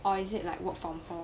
or is it like work from home